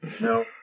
No